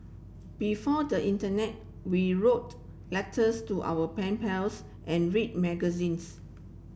before the internet we wrote letters to our pen pals and read magazines